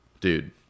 dude